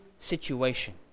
situation